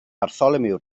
bartholomew